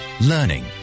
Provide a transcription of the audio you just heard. learning